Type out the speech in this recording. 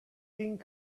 being